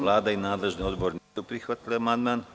Vlada i nadležni odbor nisu prihvatili ovaj amandman.